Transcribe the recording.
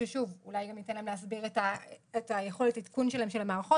אולי ניתן להם להסביר את יכולת העדכון שלהם של המערכות.